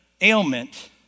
ailment